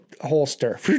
holster